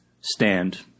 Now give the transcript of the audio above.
stand